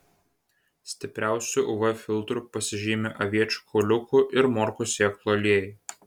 stipriausiu uv filtru pasižymi aviečių kauliukų ir morkų sėklų aliejai